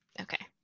Okay